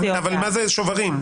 אבל מה זה שוברים?